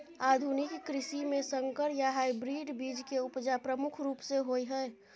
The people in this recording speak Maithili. आधुनिक कृषि में संकर या हाइब्रिड बीज के उपजा प्रमुख रूप से होय हय